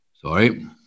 Sorry